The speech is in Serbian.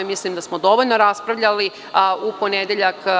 Mislim da smo dovoljno raspravljali u ponedeljak.